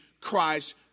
Christ